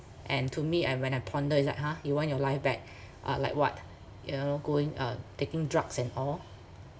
and to me I when I ponder it's like !huh! you want your life back uh like what you know going uh taking drugs and all